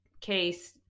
case